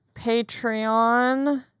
Patreon